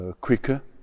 quicker